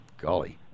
golly